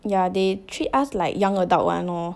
yeah they treat us like young adult [one] lor